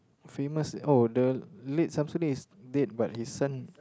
famous oh the late Shamsuddin did but his son